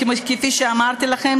כפי שאמרתי לכם,